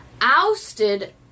ousted